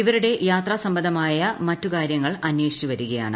ഇവരുടെ യാത്രാസംബന്ധമായ മറ്റ് കാര്യങ്ങൾ അന്വേഷിച്ചു വരികയാണ്